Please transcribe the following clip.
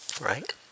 right